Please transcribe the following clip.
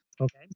Okay